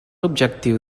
objectiu